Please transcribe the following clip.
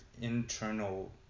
internal